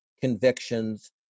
convictions